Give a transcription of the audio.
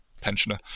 pensioner